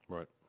Right